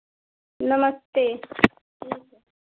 नमस्ते ठीक है